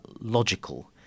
logical